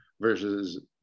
versus